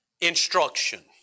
instruction